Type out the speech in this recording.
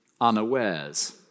unawares